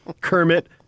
Kermit